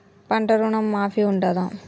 పంట ఋణం మాఫీ ఉంటదా?